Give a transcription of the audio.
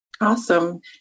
Awesome